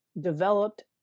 developed